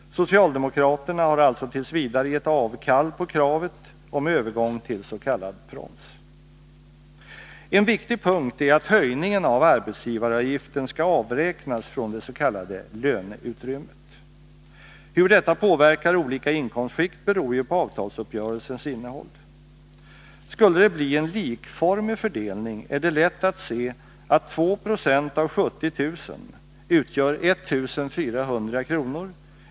Socialdemokraterna har alltså t. v. gett avkall på kravet på övergång till s.k. proms. En viktig punkt är att höjningen av arbetsgivaravgiften skall avräknas från det s.k. löneutrymmet. Hur detta påverkar olika inkomstskikt beror ju på avtalsuppgörelsens innehåll. Skulle det bli en likformig fördelning är det lätt att se att 270 av 70000 kr. utgör 1400 kr.